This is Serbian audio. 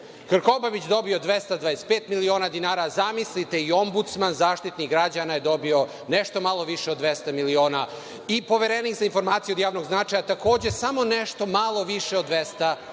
Krkobabić dobio 225 miliona dinara, zamislite i Omudsman, Zaštitnik građana je dobio nešto malo više od 200 miliona. I Poverenik za informacije od javnog značaja takođe samo nešto malo više od 200 miliona. Ova